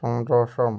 സന്തോഷം